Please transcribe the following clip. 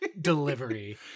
Delivery